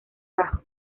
bajo